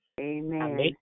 Amen